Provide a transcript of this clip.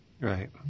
Right